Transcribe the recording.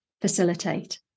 facilitate